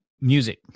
music